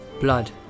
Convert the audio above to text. Blood